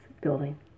building